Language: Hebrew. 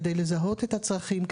כדי לזהות את הצרכים,